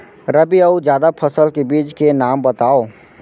रबि अऊ जादा फसल के बीज के नाम बताव?